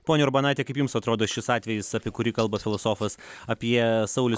ponia urbonaite kaip jums atrodo šis atvejis apie kurį kalba filosofas apie saulių